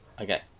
Okay